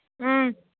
ꯎꯝ